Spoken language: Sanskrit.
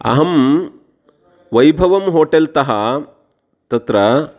अहं वैभवः होटेल्तः तत्र